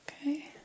Okay